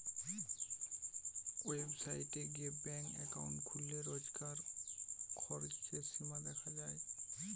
website গিয়ে bank account খুললে রোজকার খরচের সীমা দেখা যায়